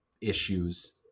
issues